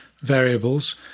variables